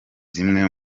zimwe